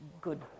good